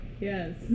Yes